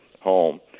home